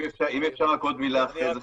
אם אפשר רק עוד מילה אחרי זה,